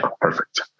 perfect